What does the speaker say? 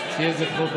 יהי זכרו ברוך.